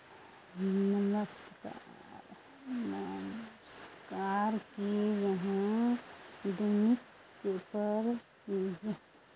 नमस्कार नमस्कार की अहाँ वूनिकपर